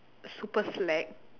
super slack